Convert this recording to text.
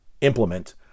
implement